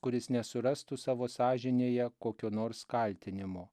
kuris nesurastų savo sąžinėje kokio nors kaltinimo